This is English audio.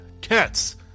cats